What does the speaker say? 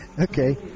Okay